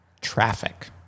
traffic